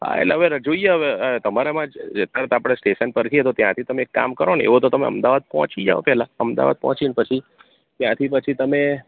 હા એટલે હવે જોઈએ હવે તમારામાં જ તરત આપણે સ્ટેશન પર છીએ તો ત્યાંથી તમે એક કામ કરો ને એવું હોય તો તમે અમદાવાદ પહોંચી જાવ પહેલાં અમદાવાદ પહોંચીને પછી ત્યાંથી પછી તમે